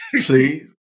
See